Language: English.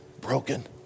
broken